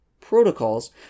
Protocols